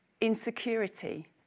insecurity